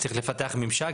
צריך לפתח ממשק.